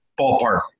ballpark